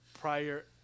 prior